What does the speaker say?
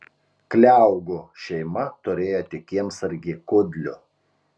kliaugų šeima turėjo tik kiemsargį kudlių